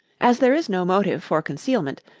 as there is no motive for concealment,